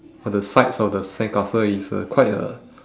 on the sides of the sandcastle it's a quite a